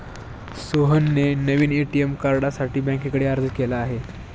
सोहनने नवीन ए.टी.एम कार्डसाठी बँकेकडे अर्ज केला आहे